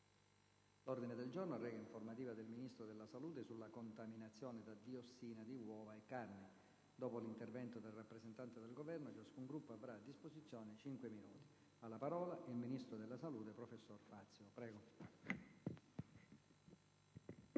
L'ordine del giorno reca: «Informativa del Ministro della salute sulla contaminazione da diossina di uova e carni». Dopo l'intervento del rappresentante del Governo, ciascun Gruppo avrà a disposizione cinque minuti. Ha facoltà di parlare il ministro della salute, professor Fazio.